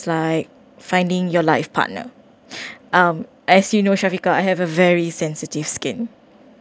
like finding your life partner um as you know shafiqah I have a very sensitive skin